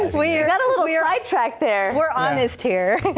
we're not a little earlier i checked there were honest hear